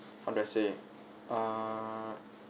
how do I say err